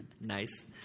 Nice